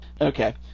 Okay